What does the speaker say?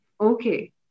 Okay